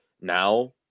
now